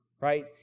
right